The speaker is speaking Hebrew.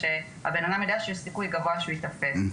שהבן אדם יידע שיש סיכוי גבוה שהוא ייתפס.